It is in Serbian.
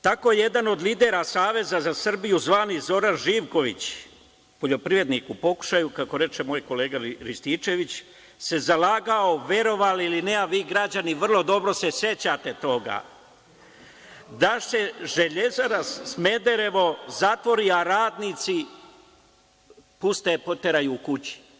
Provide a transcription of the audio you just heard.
Tako se jedan od lidera Saveza za Srbiju, zvani Zoran Živković, poljoprivrednik u pokušaju, kako reče moj kolega Rističević, zalagao, verovali ili ne, a vi građani vrlo dobro se sećate toga, da se Železara Smederevo zatvori, a radnici puste, poteraju kući.